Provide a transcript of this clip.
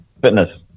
fitness